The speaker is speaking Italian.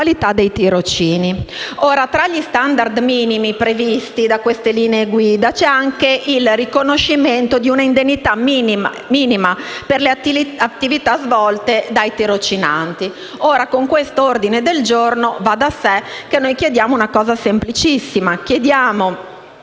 tra gli *standard* minimi previsti da queste linee guida c'è anche il riconoscimento di una indennità minima per le attività svolte dai tirocinanti. Con questo ordine del giorno noi chiediamo una cosa semplicissima per